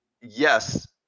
yes